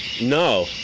No